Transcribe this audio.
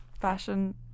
fashion